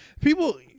People